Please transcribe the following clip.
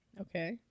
Okay